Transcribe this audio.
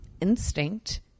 instinct